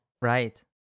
Right